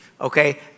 okay